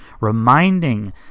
reminding